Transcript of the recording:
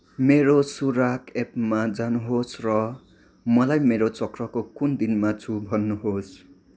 मेरो सुराग एपमा जानुहोस् र मलाई मेरो चक्रको कुन दिनमा छु भन्नुहोस्